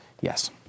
yes